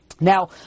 Now